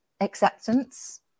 acceptance